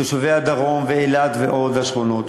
תושבי הדרום ואילת והשכונות.